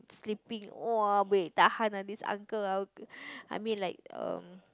sleeping !wah! buay tahan ah this uncle ah I mean like um